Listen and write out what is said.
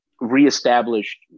reestablished